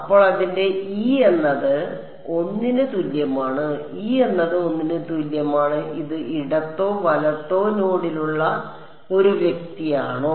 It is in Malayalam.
അപ്പോൾ അതിന്റെ e എന്നത് 1 ന് തുല്യമാണ് e എന്നത് 1 ന് തുല്യമാണ് ഇത് ഇടത്തോ വലത്തോ നോഡിലുള്ള ഈ വ്യക്തിയാണോ